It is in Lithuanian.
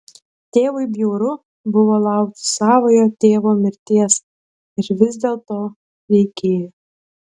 tėvui bjauru buvo laukti savojo tėvo mirties ir vis dėlto reikėjo